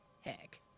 Heck